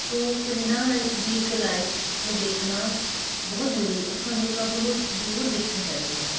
ਸੋ ਪਿੰਡਾਂ ਦਾ ਦੀ ਇੱਕ ਲਾਈਫ ਨੂੰ ਦੇਖਣਾ ਬਹੁਤ ਜ਼ਰੂਰੀ ਉਹ ਸਾਨੂੰ ਸਭ ਨੂੰ ਜ਼ਰੂਰ ਦੇਖਣੀ ਚਾਹੀਦੀ ਹੈ